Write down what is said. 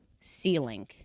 ceiling